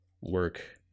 work